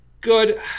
good